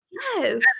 Yes